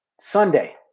Sunday